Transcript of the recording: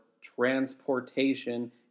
transportation